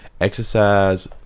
exercise